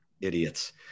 idiots